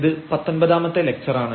ഇത് പത്തൊമ്പതാമത്തെ ലക്ച്ചറാണ്